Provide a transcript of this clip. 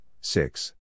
six